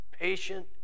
patient